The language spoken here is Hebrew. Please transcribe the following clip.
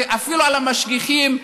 אפילו על המשגיחים.